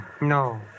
No